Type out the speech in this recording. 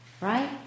Right